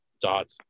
dot